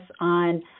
on